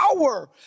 power